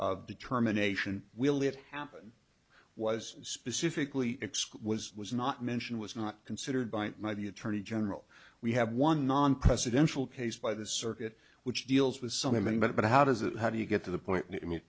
of determination will it happen was specifically exclude was was not mentioned was not considered by the attorney general we have one non presidential case by the circuit which deals with so many but how does it how do you get to the point i mean